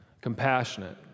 compassionate